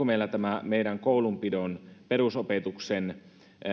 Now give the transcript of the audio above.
meillä koulunpidon ja perusopetuksen